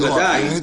ודאי.